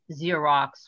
Xerox